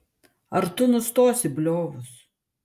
ar tu nustosi bliovus